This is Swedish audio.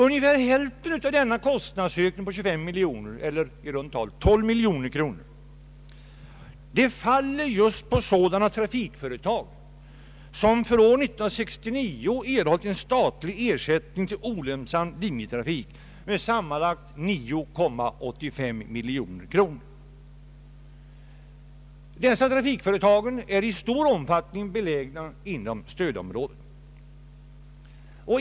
Ungefär hälften av denna kostnadsökning, eller i runt tal 12 miljoner kronor, faller just på sådana trafikföretag som för år 1969 erhållit en statlig ersättning till olönsam linjetrafik med sammanlagt 9,85 miljoner kronor. Dessa trafikföretag är i stor omfattning belägna inom stödområdet.